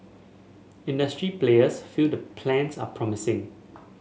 industry players feel the plans are promising